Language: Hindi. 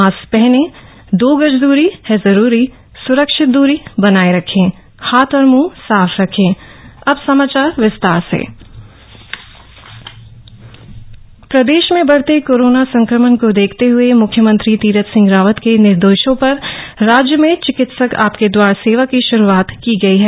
मास्क पहनें दो गज दूरी है जरूरी सुरक्षित दूरी बनाये रखें हाथ और मुंह साफ रखें चिकित्सक आपके द्वार प्रदेश में बढ़ते कोरोना संक्रमण को देखते हुए मुख्यमंत्री तीरथ सिंह रावत के निर्देशों पर राज्य में चिकित्सक आपके द्वार सेवा की शुरुआत की शुरूआत की गई है